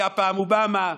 היה פעם אובמה,